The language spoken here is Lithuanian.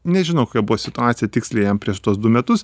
nežinau kokia buvo situacija tiksliai jam prieš tuos du metus